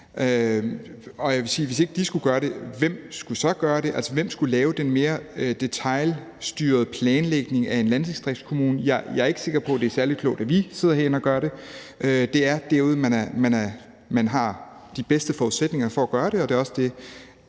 hvem skulle lave den mere detailstyrede planlægning af en landdistriktskommune? Jeg er ikke sikker på, at det er særlig klogt, at vi sidder herinde og gør det. Det er derude, man har de bedste forudsætninger for at gøre det,